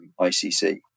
ICC